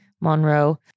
Monroe